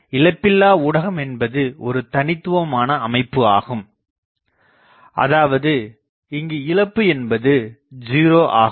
இங்கே இழப்பில்லா ஊடகம் என்பது ஒரு தனித்துவமான அமைப்பு ஆகும் அதாவது இங்கு இழப்பு என்பது 0 ஆகும்